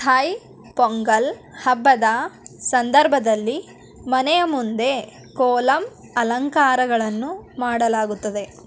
thy Pongal ಹಬ್ಬದ ಸಂದರ್ಭದಲ್ಲಿ ಮನೆಯ ಮುಂದೆ ಕೋಲಮ್ ಅಲಂಕಾರಗಳನ್ನು ಮಾಡಲಾಗುತ್ತದೆ